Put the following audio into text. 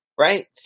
Right